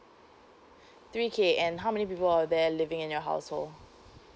three K and how many people are there living in your household